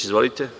Izvolite.